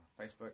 Facebook